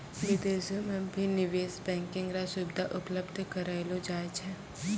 विदेशो म भी निवेश बैंकिंग र सुविधा उपलब्ध करयलो जाय छै